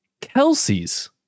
Kelsey's